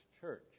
church